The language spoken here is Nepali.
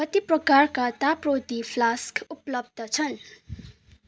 कति प्रकारका तापरोती फ्लास्क उपलब्ध छन्